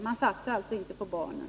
Man satsar alltså inte på barnen.